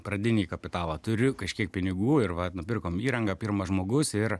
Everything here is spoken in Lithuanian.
pradinį kapitalą turiu kažkiek pinigų ir vat nupirkom įrangą pirmas žmogus ir